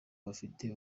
bafite